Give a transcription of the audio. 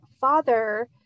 father